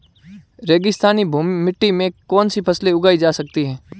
रेगिस्तानी मिट्टी में कौनसी फसलें उगाई जा सकती हैं?